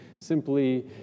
simply